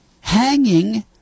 hanging